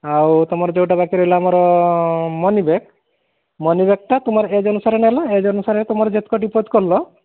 ଆଉ ତୁମର ଯେଉଁଟା ବାକି ରହିଲା ଆମର ମନି ବ୍ୟାକ୍ ମନି ବ୍ୟାକ୍ଟା ତୁମର ଏଜ୍ ଅନୁସାରେ ନେଲା ଏଜ୍ ଅନୁସାରେ ତୁମର ଯେତକ ଡିପୋଜିଟ୍ କଲ